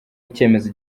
icyemezo